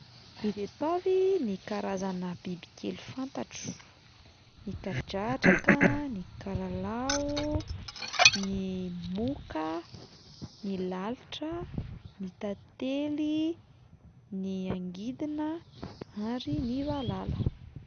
Ireto avy ny karazana bibikely fantatro: ny kadradraka, ny kalalao, ny moka, ny lalitra, ny tantely, ny angidina ary ny valala.